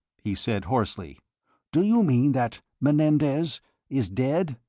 he said, hoarsely do you mean that menendez is dead?